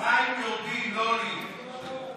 למצרים יורדים, לא עולים.